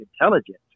intelligent